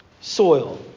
soil